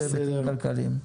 בהתחשב בהיבטים כלכליים.